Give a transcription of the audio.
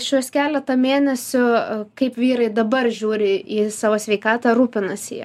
šiuos keletą mėnesių kaip vyrai dabar žiūri į savo sveikatą rūpinasi ja